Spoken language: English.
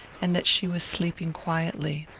and that she was sleeping quietly.